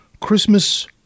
Christmas